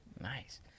Nice